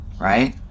right